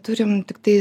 turim tiktai